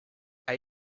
are